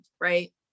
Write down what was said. right